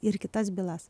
ir kitas bylas